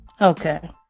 okay